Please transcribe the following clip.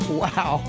wow